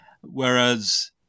Whereas